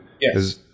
Yes